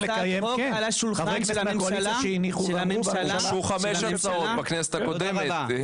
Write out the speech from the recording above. לקיים --- הוגשו חמש הצעות בכנסת הקודמת.